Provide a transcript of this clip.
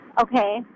Okay